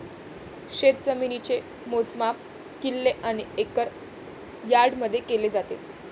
शेतजमिनीचे मोजमाप किल्ले आणि एकर यार्डमध्ये केले जाते